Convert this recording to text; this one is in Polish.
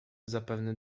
zapewne